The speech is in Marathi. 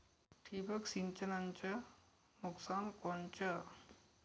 ठिबक सिंचनचं नुकसान कोनचं?